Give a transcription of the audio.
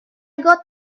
got